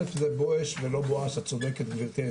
זה "בואש" (boesh) ולא "בואש" (boash) את צודקת גבירתי.